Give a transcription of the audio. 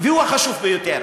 והוא החשוב ביותר,